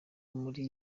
muri